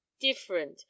different